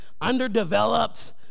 underdeveloped